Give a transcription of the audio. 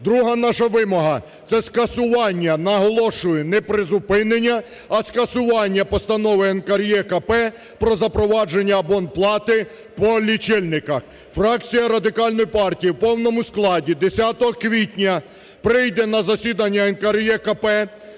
Друга наша вимога, це скасування – наголошую, не призупинення, а скасування – постанови НКРЕКП про запровадження абонплати по лічильниках. Фракція Радикальної партії в повному складі 10 квітня прийде на засідання НКРЕКП.